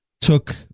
took